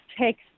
takes